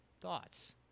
thoughts